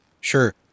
Sure